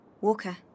Walker